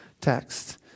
text